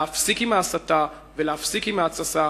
להפסיק עם ההסתה ולהפסיק עם ההתססה